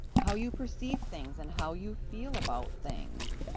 how you perceive things, and how you feel about things,